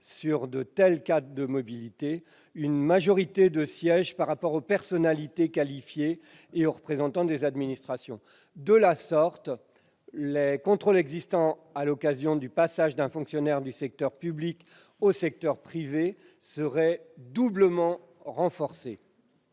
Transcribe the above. sur de tels cas de mobilité, une majorité de sièges par rapport aux personnalités qualifiées et aux représentants des administrations. De la sorte, les contrôles existants à l'occasion du passage d'un fonctionnaire du secteur public au secteur privé seraient doublement renforcés.